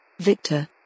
Victor